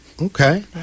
Okay